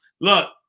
Look